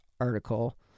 article